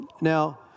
Now